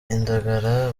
indagara